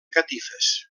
catifes